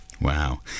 wow